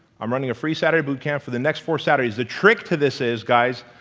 i'm running a free saturday boot camp for the next four saturdays. the trick to this is, guys,